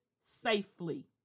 safely